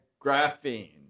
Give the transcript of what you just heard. graphene